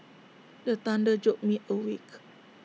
the thunder jolt me awake